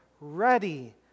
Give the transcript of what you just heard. ready